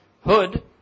hood